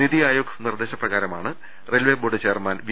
നിതി ആയോഗ് നിർദേശപ്രകാരമാണ് railway board chairman V